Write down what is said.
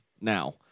now